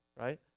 right